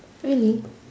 really